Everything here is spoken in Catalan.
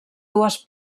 dues